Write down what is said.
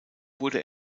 wurde